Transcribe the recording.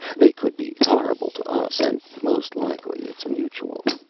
they could be horrible to us. and most likely it's mutual.